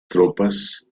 tropas